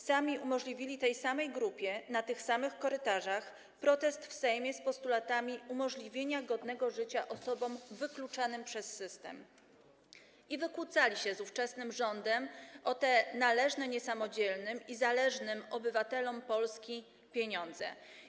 Sami umożliwili tej samej grupie, na tych samych korytarzach protest w Sejmie z postulatami zapewnienia godnego życia osobom wykluczanym przez system i wykłócali się z ówczesnym rządem o te należne niesamodzielnym i zależnym obywatelom Polski pieniądze.